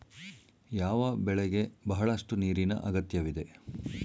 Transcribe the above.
ಯಾವ ಬೆಳೆಗೆ ಬಹಳಷ್ಟು ನೀರಿನ ಅಗತ್ಯವಿದೆ?